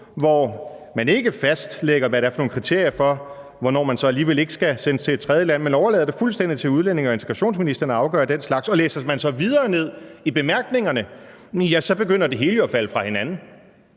hvor man ikke fastlægger nogle kriterier for, hvornår man så alligevel ikke skal sendes til et tredjeland, men overlader det fuldstændig til udlændinge- og integrationsministeren at afgøre den slags. Læser man så videre ned i bemærkningerne, begynder det hele jo at falde fra hinanden,